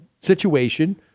situation